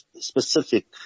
specific